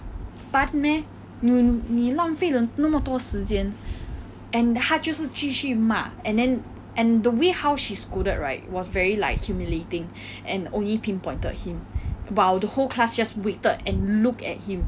班 meh 你你浪费了那么多时间 and 她就是继续骂 and then and the way how she scolded right was very like humiliating and only pinpointed him while the whole class just waited and look at him